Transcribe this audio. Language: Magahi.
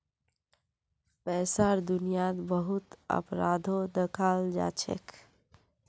पैसार दुनियात बहुत अपराधो दखाल जाछेक